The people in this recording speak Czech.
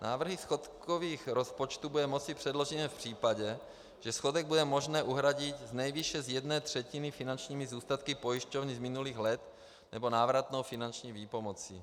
Návrhy schodkových rozpočtů bude moci předložit jen v případě, že schodek bude možné uhradit nejvýše z jedné třetiny finančními zůstatky pojišťovny z minulých let nebo návratnou finanční výpomocí.